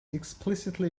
explicitly